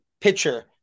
pitcher